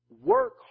work